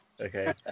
Okay